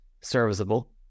serviceable